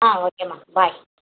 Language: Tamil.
ஆ ஓகேமா பாய்